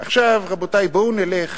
עכשיו, רבותי, בואו נלך